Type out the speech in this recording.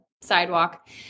sidewalk